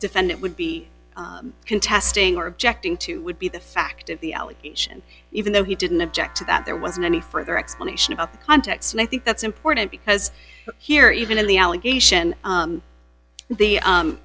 defendant would be contesting or objecting to would be the fact of the allegation even though he didn't object to that there wasn't further explanation of context and i think that's important because here even in the allegation the